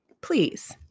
Please